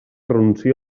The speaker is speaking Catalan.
renuncia